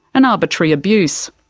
and arbitrary abuse.